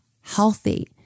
healthy